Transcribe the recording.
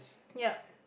ya